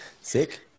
Sick